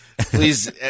Please